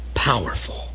powerful